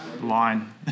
line